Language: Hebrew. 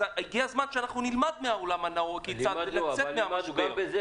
אז הגיע הזמן שאנחנו נלמד מהעולם הנאור כיצד לצאת מהמשבר.